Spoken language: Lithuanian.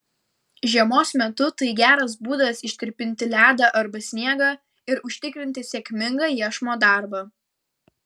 žiemos metu tai geras būdas ištirpinti ledą arba sniegą ir užtikrinti sėkmingą iešmo darbą